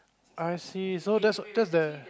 I see so that's what that's the